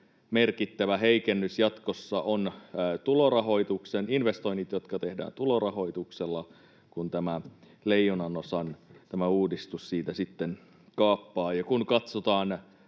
merkittävä heikennys jatkossa ovat tulorahoituksen investoinnit, jotka tehdään tulorahoituksella, kun leijonanosan tämä uudistus siitä sitten kaappaa. Ja kun katsotaan